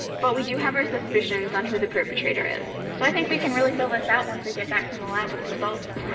but we do have our suspicions on who the perpetrator is. so i think we can really fill this out once we get back from the lab with results.